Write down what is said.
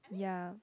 ya